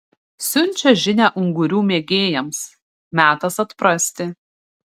siunčia žinią ungurių mėgėjams metas atprasti